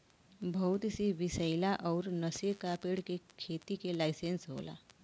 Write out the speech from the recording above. बहुत सी विसैला अउर नसे का पेड़ के खेती के लाइसेंस होला